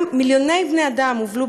גם מיליוני בני-אדם הובלו